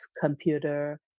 computer